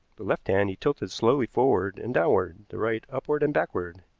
the left hand he tilted slowly forward and downward the right upward and backward.